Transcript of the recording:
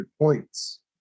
points